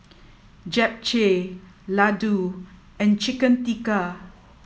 Japchae Ladoo and Chicken Tikka